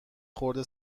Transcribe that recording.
خورده